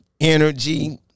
energy